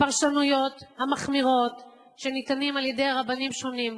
הפרשנויות המחמירות שניתנות על-ידי רבנים שונים,